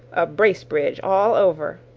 a bracebridge all over,